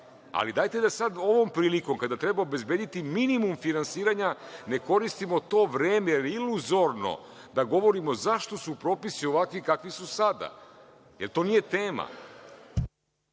Dajte da sad ovom prilikom, kada treba obezbediti minimum finansiranja, ne koristimo to vreme, jer je iluzorno da govorimo zašto su propisi ovakvi kakvi su sada, jer to nije